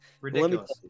Ridiculous